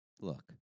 look